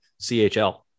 CHL